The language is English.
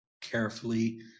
carefully